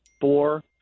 four